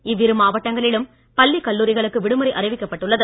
இவ்விரு மாவட்டங்களிலும் பள்ளி கல்லூரிகளுக்கு விடுமுறை அறிவிக்கப்பட்டு உள்ளது